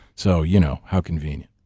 so, you know, how convenient.